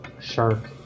shark